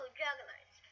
jugglers